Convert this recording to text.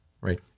right